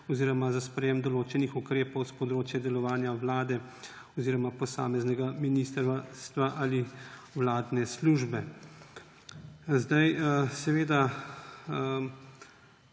oziroma za sprejetje določenih ukrepov s področja delovanja vlade oziroma posameznega ministrstva ali vladne službe. Posredovanje